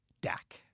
Dak